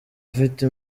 afite